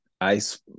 ice